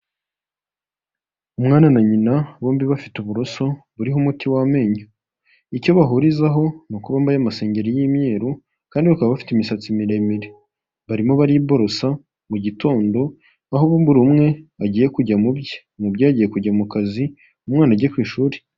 Umwana na nyina bombi bafite uburoso buriho umuti w'amenyo, icyo bahurizaho ni uko bambaye masengeri y'imyeru kandi bakaba afite imisatsi miremire, barimo bariborosa mu gitondo, aho buri umwe bagiye kujya mu bye, mubyeyi agiye kujya mu kazi, umwana ajya ku ishuri.